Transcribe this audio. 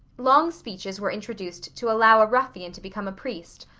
long speeches were introduced to allow a ruffian to become a priest,